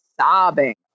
sobbing